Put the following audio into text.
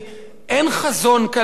אין חזון כלכלי.